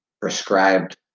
prescribed